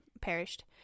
perished